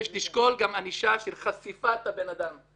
יש לשקול גם ענישה של חשיפת הבן אדם.